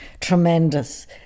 Tremendous